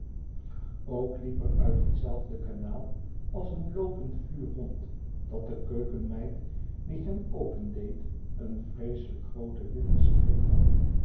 ook hep er uit hetzelfde kanaal als een loopend vuur rond dat de keukenmeid die hem opendeed een vreeselijk grooten witten strik had